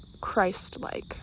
Christ-like